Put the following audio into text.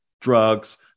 drugs